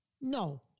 No